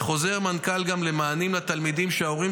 וחוזר מנכ"ל גם למענים לתלמידים שההורים